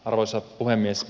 arvoisa puhemies